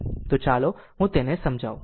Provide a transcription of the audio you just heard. તો ચાલો હું તેને સમજાવું